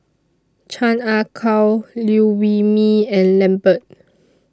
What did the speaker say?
Chan Ah Kow Liew Wee Mee and Lambert